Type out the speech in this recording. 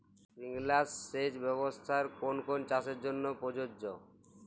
Sprinkler সেচ ব্যবস্থার কোন কোন চাষের জন্য প্রযোজ্য?